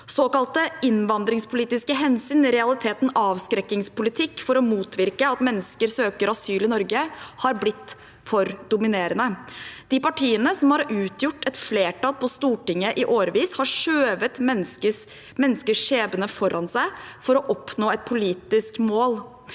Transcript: Såkalte innvandringspolitiske hensyn, i realiteten avskrekkingspolitikk for å motvirke at mennesker søker asyl i Norge, har blitt for dominerende. De partiene som har utgjort et flertall på Stortinget i årevis, har skjøvet menneskers skjebne foran seg for å oppnå et politisk mål.